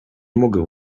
mogę